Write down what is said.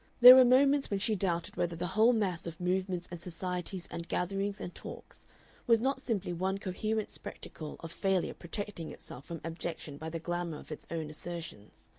there were moments when she doubted whether the whole mass of movements and societies and gatherings and talks was not simply one coherent spectacle of failure protecting itself from abjection by the glamour of its own assertions.